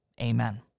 Amen